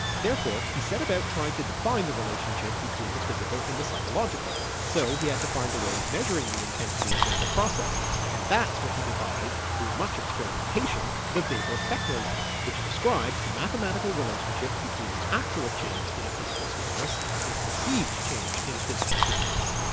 therefore he set about trying to define the relationship between the physical and psychological, so he had to find a way of measuring the intensity of mental processes, and that's when he devised, through much experimentation, the weber-fechner law which describes the mathematical relationship between the actual change in a physical stimulus and the perceived change in a physical stimulus.